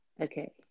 Okay